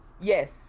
Yes